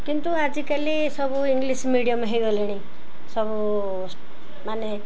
କିନ୍ତୁ ଆଜିକାଲି ସବୁ ଇଂଲିଶ୍ ମିଡ଼ିୟମ୍ ହୋଇଗଲେଣି ସବୁ ମାନେ